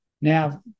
Now